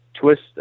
twist